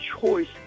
choice